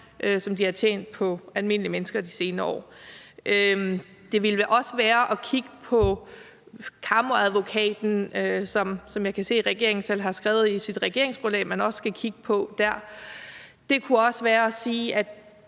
som de har tjent på almindelige mennesker de senere år. Det ville også være at kigge på Kammeradvokaten, som jeg kan se regeringen selv har skrevet i regeringsgrundlaget man også skal kigge på. Det kunne også være at sige, at